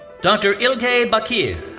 dr. ilke bakir.